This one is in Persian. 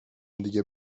دیگه